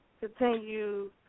continue